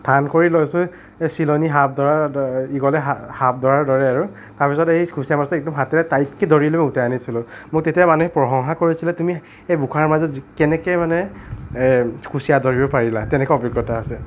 টান কৰি লৈছোঁ যে চিলনী সাপ ধৰাৰ ঈগলে সাপ ধৰাৰ দৰে আৰু তাৰপিছত এই কুচীয়া মাছটো হাতেৰে টাইতকৈ ধৰি লৈ উঠাই আনিছিলোঁ মোক তেতিয়া মানুহে প্ৰসংসা কৰিছিলে তুমি এই বোকাৰ মাজত কেনেকৈ মানে কুচীয়া ধৰিব পাৰিলা তেনেকুৱাও অভিজ্ঞতা আছে